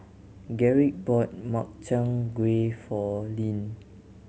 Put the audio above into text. Garrick bought Makchang Gui for Leann